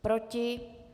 Proti?